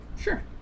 Sure